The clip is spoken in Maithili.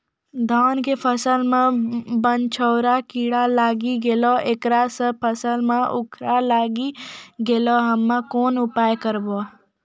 धान के फसलो मे बनझोरा कीड़ा लागी गैलै ऐकरा से फसल मे उखरा लागी गैलै हम्मे कोन उपाय करबै?